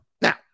Now